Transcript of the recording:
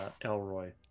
Elroy